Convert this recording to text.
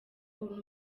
nubwo